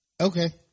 Okay